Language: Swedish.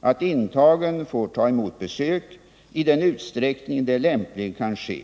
att intagen får ta emot besök i den utsträckning det lämpligen kan ske.